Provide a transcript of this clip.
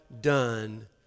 done